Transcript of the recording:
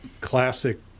classic